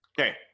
okay